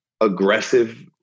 aggressive